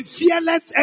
fearless